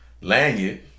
lanyard